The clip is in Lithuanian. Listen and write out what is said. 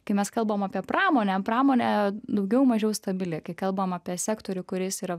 kai mes kalbam apie pramonę pramonė daugiau mažiau stabili kai kalbam apie sektorių kuris yra